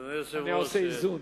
אני עושה איזון.